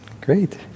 Great